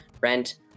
rent